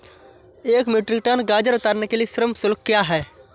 एक metric ton गाजर उतारने के लिए श्रम शुल्क क्या है?